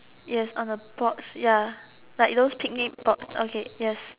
yes on a box ya like those picnic box okay yes